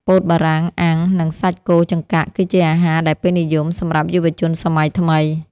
ពោតបារាំងអាំង និងសាច់គោចង្កាក់ គឺជាអាហារដែលពេញនិយមសម្រាប់យុវជនសម័យថ្មី។